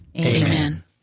Amen